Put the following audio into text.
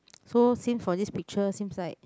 so seems for this picture seems like